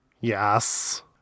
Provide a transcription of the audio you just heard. Yes